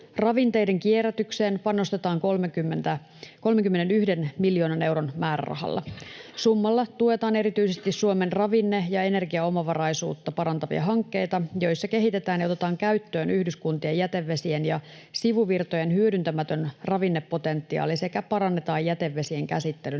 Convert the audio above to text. Ravinteiden kierrätykseen panostetaan 31 miljoonan euron määrärahalla. Summalla tuetaan erityisesti Suomen ravinne- ja energiaomavaraisuutta parantavia hankkeita, joissa kehitetään ja otetaan käyttöön yhdyskuntien jätevesien ja sivuvirtojen hyödyntämätön ravinnepotentiaali sekä parannetaan jätevesien käsittelyn